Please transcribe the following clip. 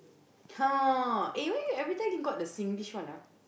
(huh) why you everytime you got the Singlish one ah